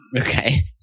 Okay